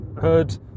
hood